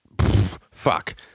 fuck